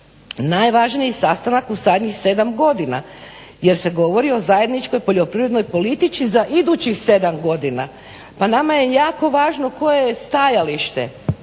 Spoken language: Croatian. najvažniji sastanak u zadnjih 7 godina jer se govori o zajedničkoj poljoprivrednoj politici za idućih 7 godina. Pa nama je jako važno koje je stajalište